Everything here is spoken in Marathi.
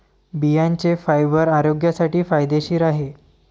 बियांचे फायबर आरोग्यासाठी फायदेशीर आहे